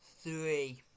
Three